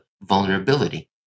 vulnerability